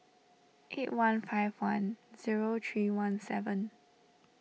eight one five one zero three one seven